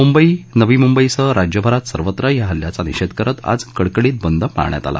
मुंबई नवी मुंबईसह राज्यभरात सर्वत्र या हल्ल्याचा निषेध करत आज कडकडीत बंद पाळण्यात आला